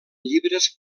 llibres